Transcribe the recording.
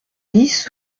dix